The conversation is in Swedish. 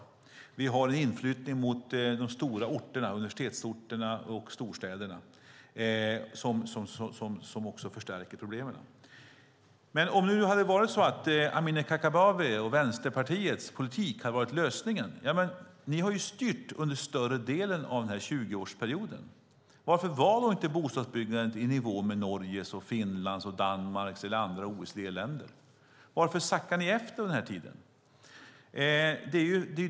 Det finns en inflyttning mot universitetsorterna och storstäderna som också förstärker problemet. Hade Amineh Kakabavehs och Vänsterpartiets politik varit lösningen? Ni har styrt under större delen av 20-årsperioden. Varför var inte bostadsbyggandet i nivå med Norges, Finlands, Danmarks eller andra OECD-länders? Varför sackade ni efter under den tiden?